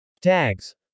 tags